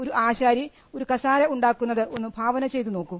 ഒരു ആശാരി ഒരു കസേര ഉണ്ടാക്കുന്നത് ഒന്ന് ഭാവന ചെയ്തു നോക്കൂ